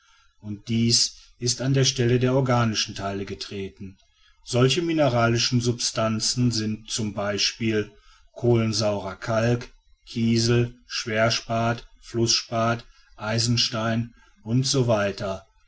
und diese ist an die stelle der organischen teile getreten solche mineralische substanzen sind z b kohlensaurer kalk kiesel schwerspat flußspat eisenstein u s